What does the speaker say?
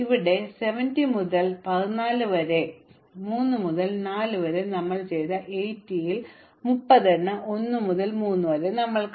ഇവിടെ 70 മുതൽ 14 വരെ 3 മുതൽ 4 വരെ ഞങ്ങൾ ചെയ്തു 80 ൽ 30 എണ്ണം 1 മുതൽ 3 വരെ ഞങ്ങൾ ചെയ്തു